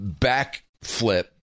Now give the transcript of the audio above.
backflip